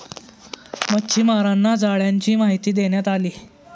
मच्छीमारांना जाळ्यांची माहिती देण्यात आली